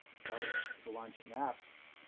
if i was to launch an app,